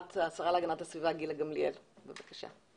השרה להגנת הסביבה גילה גמליאל, בבקשה.